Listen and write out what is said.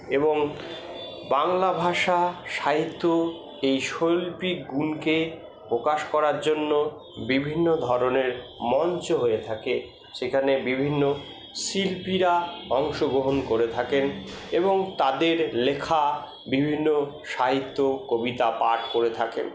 এবং বাংলা ভাষা সাহিত্য এই শৈল্পিক গুণকে প্রকাশ করার জন্য বিভিন্ন ধরণের মঞ্চ হয়ে থাকে সেখানে বিভিন্ন শিল্পীরা অংশগ্রহণ করে থাকেন এবং তাদের লেখা বিভিন্ন সাহিত্য কবিতা পাঠ করে থাকেন